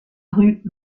rue